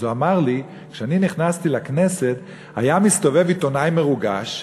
והוא אמר לי: כשאני נכנסתי לכנסת היה עיתונאי מסתובב מרוגש,